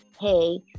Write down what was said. hey